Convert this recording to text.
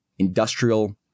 industrial